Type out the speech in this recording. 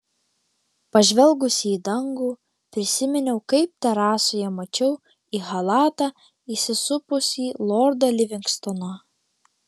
pažvelgusi į dangų prisiminiau kaip terasoje mačiau į chalatą įsisupusį lordą livingstoną